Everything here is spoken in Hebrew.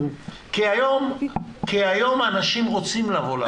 כי היום אנשים רוצים לבוא לעבודה.